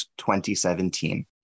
2017